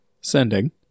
sending